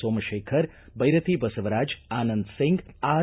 Somashekar Byrathi Basavaraj Anand Singh R